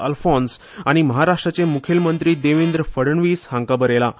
अल्फोन्स आनी म्हाराश्ट्राचे मुखेलमंत्री देवेंद्र फडणवीस हांका बरयलां